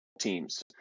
teams